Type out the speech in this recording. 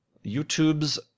YouTube's